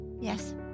Yes